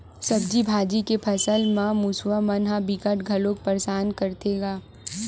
सब्जी भाजी के फसल म मूसवा मन ह बिकट घलोक परसान करथे गा